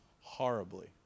horribly